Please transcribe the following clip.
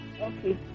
Okay